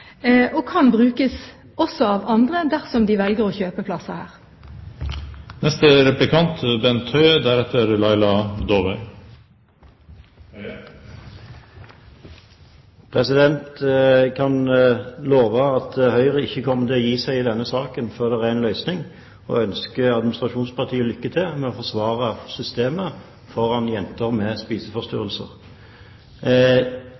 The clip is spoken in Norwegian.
og kan brukes også av andre dersom de velger å kjøpe plasser der. Jeg kan love at Høyre ikke kommer til å gi seg i denne saken før det blir en løsning, og ønsker administrasjonspartiet lykke til med å forsvare systemet overfor jenter med